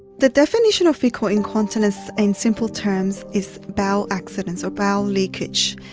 the definition of faecal incontinence in simple terms is bowel accidents or bowel leakage.